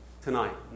tonight